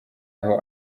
aho